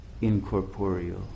incorporeal